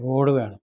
road വേണം